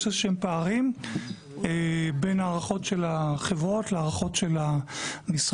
יש איזה שהם פערים בין ההערכות של החברות להערכות של המשרד.